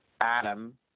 Adam